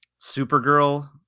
Supergirl